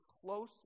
close